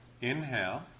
Inhale